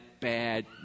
bad